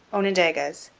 onondagas,